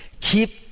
Keep